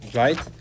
right